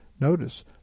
Notice